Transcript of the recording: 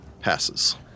passes